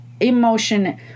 emotion